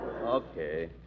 Okay